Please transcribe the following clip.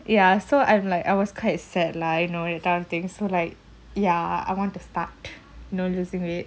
ya so I'm like I was quite sad lah you know that kind of thing so like ya I want to start you know losing weight